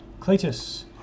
Cletus